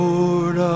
Lord